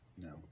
No